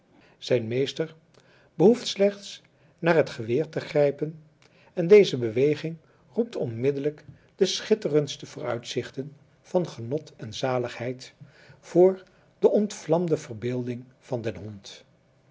zijn meester behoeft slechts naar het geweer te grijpen en deze beweging roept onmiddellijk de schitterendste vooruitzichten van genot en zaligheid voor de ontvlamde verbeelding van den hond